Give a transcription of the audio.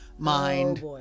mind